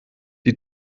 die